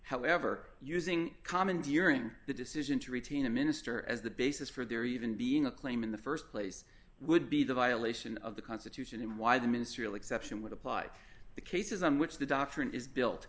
however using commandeering the decision to retain a minister as the basis for there even being a claim in the st place would be the violation of the constitution and why the ministerial exception would apply the cases on which the doctrine is built